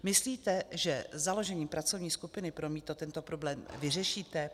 Myslíte, že založením pracovní skupiny pro mýto tento problém vyřešíte?